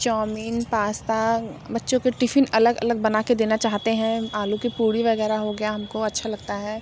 chow mein pasta बच्चों के tiffin अलग अलग बना के देना चाहते हैं आलू के पूरी वग़ैरह हो गया हम को अच्छा लगता है